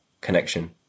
connection